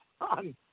on